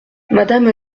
madame